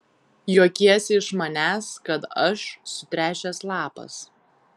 juokiesi iš manęs kad aš sutręšęs lapas